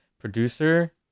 Producer